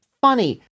Funny